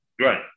Right